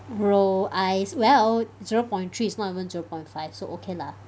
bro I is well zero point three is not even zero point five so okay lah